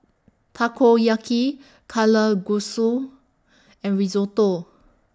Takoyaki Kalguksu and Risotto